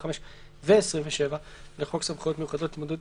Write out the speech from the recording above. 25 ו-27 לחוק סמכויות מיוחדות להתמודדות